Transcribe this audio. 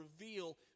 reveal